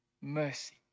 mercy